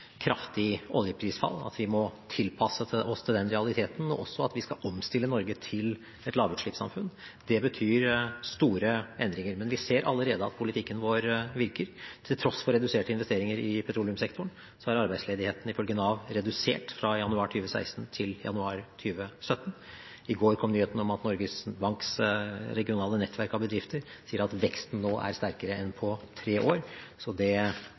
kraftig oljeprisfall, og at vi må tilpasse oss til den realiteten at vi også skal omstille Norge til et lavutslippssamfunn. Det betyr store endringer, men vi ser allerede at politikken vår virker. Til tross for reduserte investeringer i petroleumssektoren er arbeidsledigheten, ifølge Nav, redusert fra januar 2016 til januar 2017. I går kom nyheten om at Norges Banks regionale nettverk av bedrifter melder at veksten nå er sterkere enn på tre år, så det tyder på bedring. For det første er det bra at det